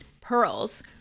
pearls